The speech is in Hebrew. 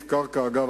אגב,